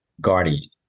guardian